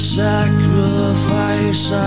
sacrifice